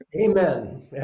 Amen